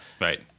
Right